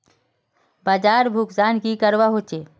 बाजार भुगतान की करवा होचे?